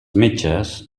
metges